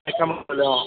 কামাখ্য়া মন্দিৰলৈ অঁ